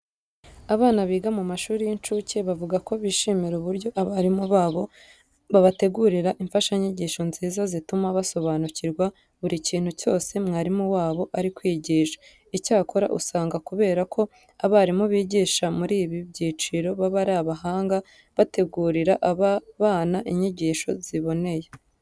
Abana biga mu mashuri y'incuke bavuga ko bishimira uburyo abarimu babo babategurira imfashanyigisho nziza zituma basobanukirwa buri kintu cyose mwarimu wabo ari kwigisha. Icyakora usanga kubera ko abarimu bigisha muri ibi byiciro baba ari abahanga, bategurira aba bana inyigisho ziboneye.